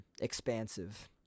expansive